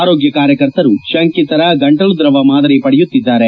ಆರೋಗ್ಯ ಕಾರ್ಯಕರ್ತರು ಶಂಕಿತರ ಗಂಟಲು ದ್ರವ ಮಾದರಿ ಪಡೆಯುತ್ತಿದ್ದಾರೆ